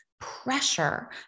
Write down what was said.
pressure